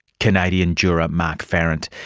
canadian juror mark farrant.